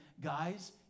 guys